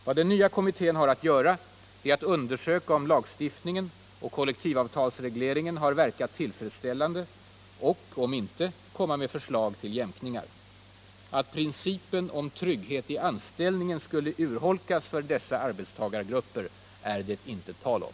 Vad den nya kommittén har att göra är att undersöka om lagstiftningen och kollektivavtalsregleringen har verkat tillfredsställande och, om inte, komma med förslag till jämkningar. Att principen om trygghet i anställningen skulle urholkas för dessa arbetstagargrupper är det inte tal om.